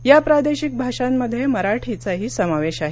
या प्रादेशिक भाषांमध्ये मराठीचाही समावेश आहे